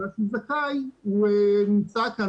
מי --- זכאי הוא נמצא כאן,